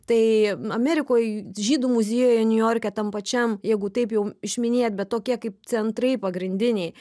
tai amerikoj žydų muziejuje niujorke tam pačiam jeigu taip jau išminėt bet tokie kaip centrai pagrindiniai